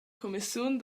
cumissiun